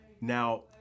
Now